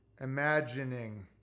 imagining